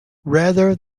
rather